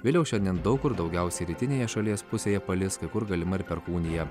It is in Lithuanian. vėliau šiandien daug kur daugiausiai rytinėje šalies pusėje palis kai kur galima ir perkūnija